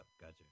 Gotcha